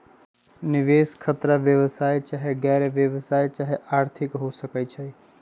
निवेश खतरा व्यवसाय चाहे गैर व्यवसाया चाहे आर्थिक हो सकइ छइ